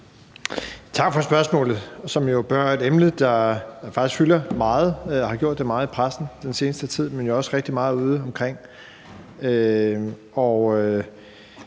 Tak for spørgsmålet, som jo berører et emne, som faktisk fylder meget og har gjort det meget i pressen den seneste tid, men også rigtig meget udeomkring.